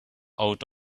out